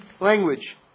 language